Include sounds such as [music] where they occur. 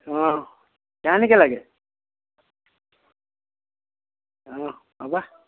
অহ [unintelligible] লাগে অহ হ'ব